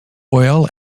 oil